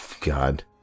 God